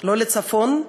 לא לצפון,